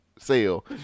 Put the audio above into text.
Sale